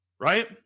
Right